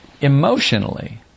emotionally